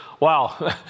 Wow